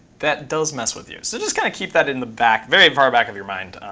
that does mess with you. so just kind of keep that in the back, very far back of your mind.